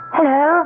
Hello